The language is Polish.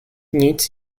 nic